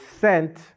sent